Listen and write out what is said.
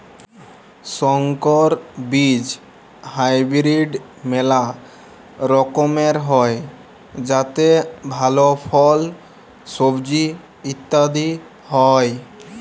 সংকর বীজ হাইব্রিড মেলা রকমের হ্যয় যাতে ভাল ফল, সবজি ইত্যাদি হ্য়য়